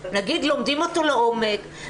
נלמד אותו לעומק,